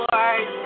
Lord